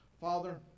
Father